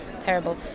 Terrible